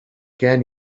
gen